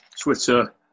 Twitter